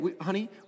Honey